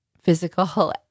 physical